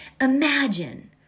imagine